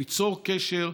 ליצור קשר,